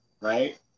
Right